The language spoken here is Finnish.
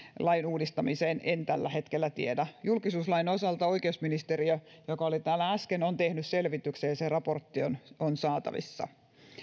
uudistamiseen en tällä hetkellä tiedä julkisuuslain osalta oikeusministeriö oikeusministeri oli täällä äsken on tehnyt selvityksen ja se raportti on on saatavissa